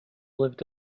lived